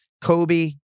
Kobe